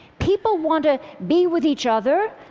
people want to be with each other,